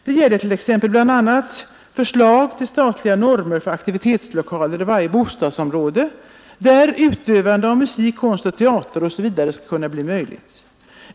Det gäller bl.a. förslag till statliga normer för aktivitetslokaler i varje bostadsområde, där utövande av musik, konst, teater osv. skall bli möjligt.